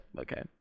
Okay